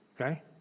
Okay